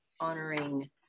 honoring